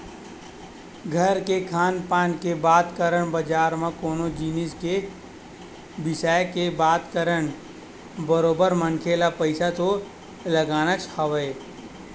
घर के खान पान के बात करन बजार म कोनो जिनिस के बिसाय के बात करन बरोबर मनखे ल पइसा तो लगानाच हवय